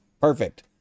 perfect